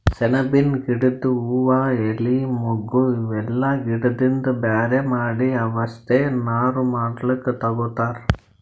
ಸೆಣಬಿನ್ ಗಿಡದ್ ಹೂವಾ ಎಲಿ ಮೊಗ್ಗ್ ಇವೆಲ್ಲಾ ಗಿಡದಿಂದ್ ಬ್ಯಾರೆ ಮಾಡಿ ಅವಷ್ಟೆ ನಾರ್ ಮಾಡ್ಲಕ್ಕ್ ತಗೊತಾರ್